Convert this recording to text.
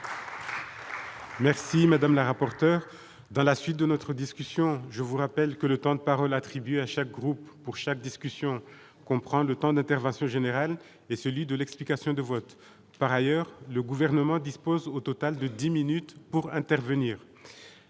Merci madame la rapporteure dans la suite de notre discussion, je vous rappelle que le temps de parole attribués à chaque groupe pour chaque discussion qu'on prend le temps d'intervention général et celui de l'explication de vote par ailleurs le gouvernement dispose au total de 10 minutes pour intervenir,